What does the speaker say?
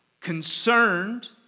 concerned